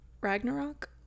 Ragnarok